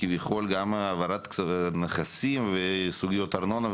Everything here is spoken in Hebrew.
כביכול גם העברת נכסים וסוגיות ארנונה,